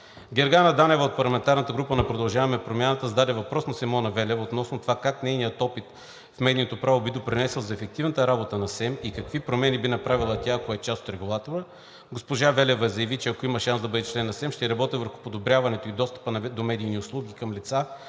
Гергана Данева от парламентарната група на „Продължаваме промяната“ зададе въпрос на Симона Велева относно това как нейният опит в медийното право би допринесъл за ефективната работа на СЕМ и какви промени би направила тя, ако е част от регулатора. Госпожа Велева заяви, че ако има шанс да бъде член на СЕМ, ще работи върху подобряването на достъпа до медийни услуги към лица